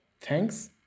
thanks